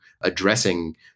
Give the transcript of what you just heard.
addressing